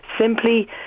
Simply